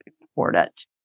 important